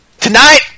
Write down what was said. tonight